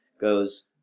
goes